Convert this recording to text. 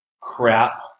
crap